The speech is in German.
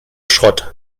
schrott